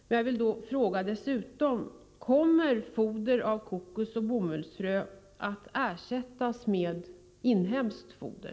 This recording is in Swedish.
Men jag vill fråga: Kommer foder av kokosoch bomullsfrö att ersättas med inhemskt foder?